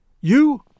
You